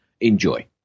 enjoy